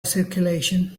circulation